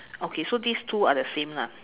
okay so these two are the same lah